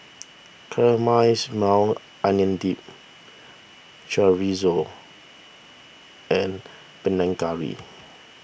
Caramelized Maui Onion Dip Chorizo and Panang Curry